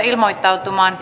ilmoittautumaan